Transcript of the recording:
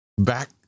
back